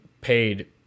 paid